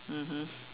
mmhmm